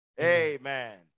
Amen